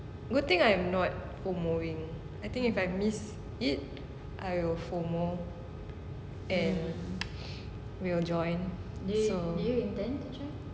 good thing I'm not FOMOing I think if I miss it I will FOMO and will join so